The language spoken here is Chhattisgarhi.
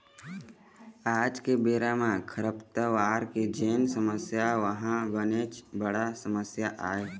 आज के बेरा म खरपतवार के जेन समस्या ओहा बनेच बड़ समस्या आय